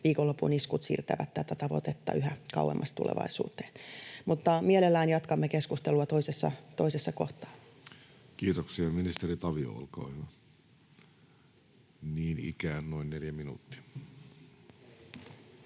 viikonlopun iskut siirtävät tätä tavoitetta yhä kauemmas tulevaisuuteen. Mutta mielellämme jatkamme keskustelua toisessa kohtaa. Kiitoksia. — Ministeri Tavio, olkaa hyvä, niin ikään noin neljä minuuttia.